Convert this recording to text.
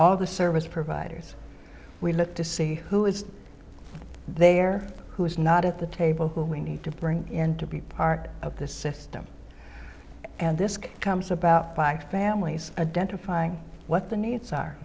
all the service providers we look to see who is there who is not at the table who we need to bring in to be part of the system and this comes about by families identifying what the needs are